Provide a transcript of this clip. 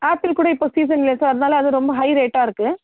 apple கூட இப்போ season இல்லை சார் அதனால் ரொம்ப ஹைரேட்டாக இருக்கு